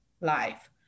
life